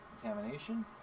contamination